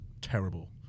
terrible